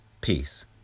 Peace